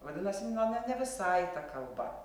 vadinasi na ne ne visai ta kalba